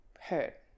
hurt